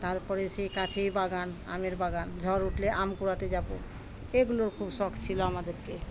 তারপরে সেই কাছেই বাগান আমের বাগান ঝড় উঠলে আম কুড়াতে যাবো এগুলোর খুব শখ ছিল আমাদেরকে